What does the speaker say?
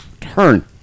turn